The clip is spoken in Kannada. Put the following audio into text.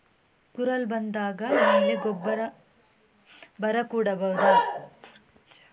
ಕುರಲ್ ಬಂದಾದ ಮೇಲೆ ಗೊಬ್ಬರ ಬರ ಕೊಡಬಹುದ?